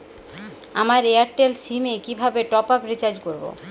আমার Airtel SIM এ কিভাবে টপ আপ রিচার্জ করবো?